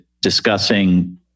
discussing